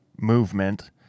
movement